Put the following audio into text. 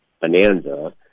bonanza